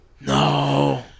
No